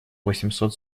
восемьсот